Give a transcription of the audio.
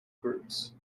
groups